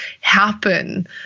happen